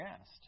asked